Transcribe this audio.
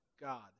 God